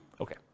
Okay